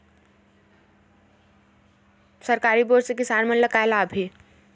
सरकारी बोर से किसान मन ला का लाभ हे?